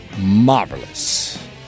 marvelous